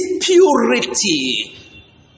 purity